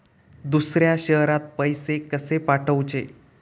दुसऱ्या शहरात पैसे कसे पाठवूचे?